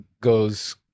goes